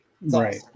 Right